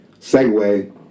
segue